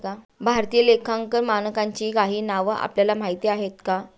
भारतीय लेखांकन मानकांची काही नावं आपल्याला माहीत आहेत का?